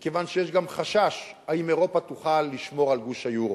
כי יש גם חשש: האם אירופה תוכל לשמור על גוש היורו?